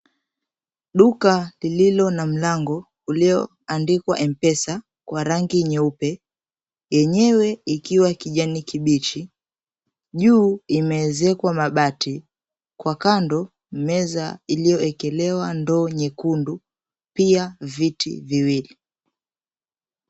Duka lililo na mlango uliloandikwa "M-PESA" kwa rangi nyeupe, yenyewe ikiwa kijani kibichi. Juu imeezekwa mabati. Kwa kando , meza iliyoekelewa ndoo nyekundu pia viti viwili.